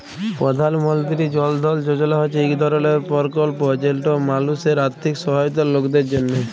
পধাল মলতিরি জল ধল যজলা হছে ইক ধরলের পরকল্প যেট মালুসের আথ্থিক সহায়তার লকদের জ্যনহে